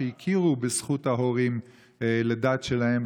שהכירו בזכות ההורים לדת שלהם,